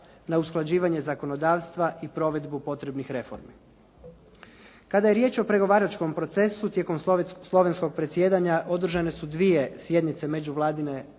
na usklađivanje zakonodavstva i provedbu potrebnih reformi. Kada je riječ o pregovaračkom procesu tijekom slovenskog predsjedanja održane su dvije sjednice međuvladine